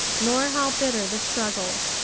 nor how bitter the struggle,